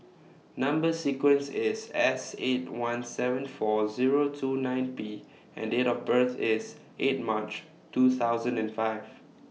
Number sequence IS S eight one seven four Zero two nine P and Date of birth IS eight March two thousand and five